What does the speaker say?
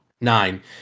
Nine